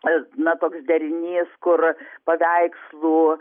na toks derinys kur paveikslų